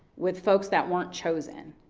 with folks that weren't chosen,